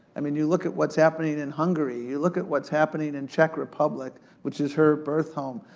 i mean, you look at what's happening in hungary, you look at what's happening in czech republic, which is her birth home.